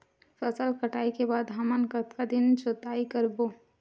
फसल कटाई के बाद हमन कतका दिन जोताई करबो?